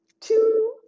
two